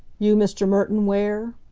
you mr. merton ware?